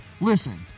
Listen